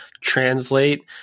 translate